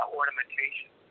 ornamentation